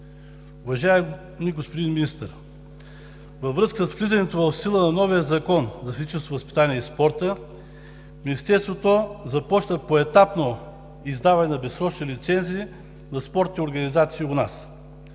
Уважаеми господин Министър, във връзка с влизането в сила на новия Закон за физическото възпитание и спорта Министерството започна поетапно издаване на безсрочни лицензи на спортните организации у нас.